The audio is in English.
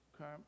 Okay